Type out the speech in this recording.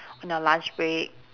on your lunch break